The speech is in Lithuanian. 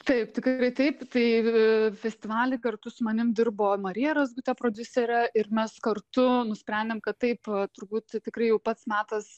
taip tikrai taip tai festivaly kartu su manim dirbo marija razgute prodiuserė ir mes kartu nusprendėm kad taip turbūt tikrai jau pats metas